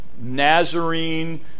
Nazarene